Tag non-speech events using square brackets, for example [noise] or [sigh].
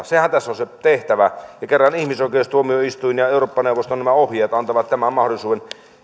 [unintelligible] sehän tässä on se tehtävä ja kun kerran ihmisoikeustuomioistuimen ja euroopan neuvoston ohjeet antavat tämän mahdollisuuden